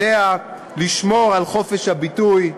יודעים לשמור על חופש הביטוי,